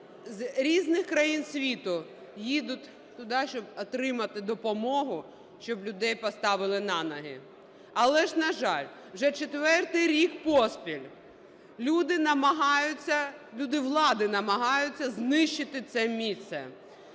з різних країн світу їдуть туди, щоб отримати допомогу, щоб людей поставили на ноги. Але ж, на жаль, вже четвертий рік поспіль люди намагаються, люди влади намагаються знищити це місце,